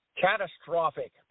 catastrophic